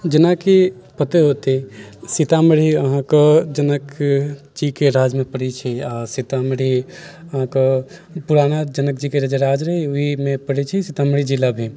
जेनाकि पते होयत सीतामढ़ी अहाँकेँ जनकजीके राजमे पड़ैत छै आ सीतामढ़ी अहाँकेँ पुराना जनकजीके जे राज्य रहै ओहिमे पड़ैत छै सीतामढ़ी जिला भी